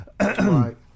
Right